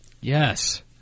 Yes